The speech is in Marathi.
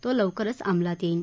तो लवकरच अंमलात येईल